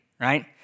right